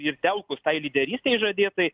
ir telkus tai lyderystei žadėtai